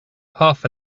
half